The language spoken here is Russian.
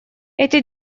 эти